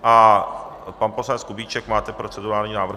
A pan poslanec Kubíček, máte procedurální návrh?